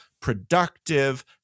productive